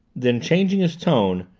then, changing his tone,